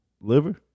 Liver